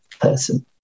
person